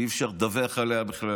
ואי-אפשר לדווח עליה בכלל.